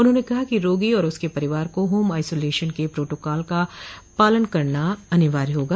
उन्होंने कहा कि रोगी और उसके परिवार को हाम आइसोलेशन के प्रोटोकाल का पालन करना अनिवार्य होगा